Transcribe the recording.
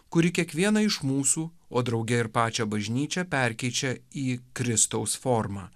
kuri kiekvieną iš mūsų o drauge ir pačią bažnyčią perkeičia į kristaus formą